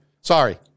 Sorry